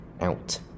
out